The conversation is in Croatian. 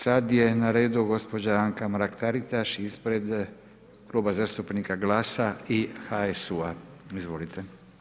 Sad je na redu gospođa Anka Mrak-Taritaš ispred Kluba zastupnika GLAS-a i HSU-a, izvolite.